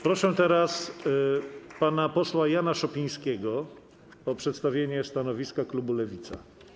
Proszę teraz pana posła Jana Szopińskiego o przedstawienie stanowiska klubu Lewica.